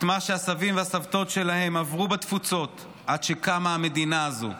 את מה שהסבים והסבתות שלהם עברו בתפוצות עד שקמה המדינה הזו,